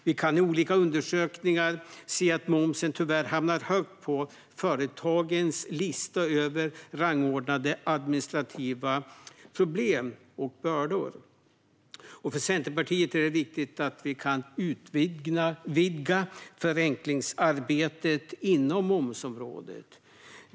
Vi kan i olika undersökningar se att momsen tyvärr hamnar högt på företagens lista över administrativa problem och bördor. För Centerpartiet är det viktigt att vi kan utvidga förenklingsarbetet på momsområdet.